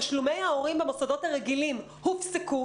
תשלומי ההורים במוסדות הרגילים הופסקו.